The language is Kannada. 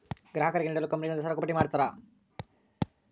ಗ್ರಾಹಕರಿಗೆ ನೀಡಲು ಕಂಪನಿಗಳಿಂದ ಸರಕುಪಟ್ಟಿ ಮಾಡಿರ್ತರಾ